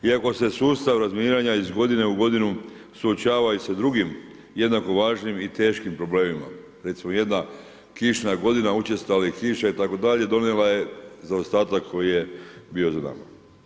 Iako se sustav razminiranja iz godine u godinu suočava i sa drugim jednako važnim i teškim problemima, recimo jedna kišna godina učestale kiše itd. donijela je zaostatak koji je bio za nama.